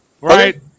right